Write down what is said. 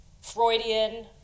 Freudian